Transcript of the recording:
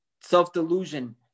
self-delusion